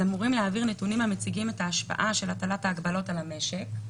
אמורים להעביר נתונים המציגים את ההשפעה של הטלת ההגבלות על המשק.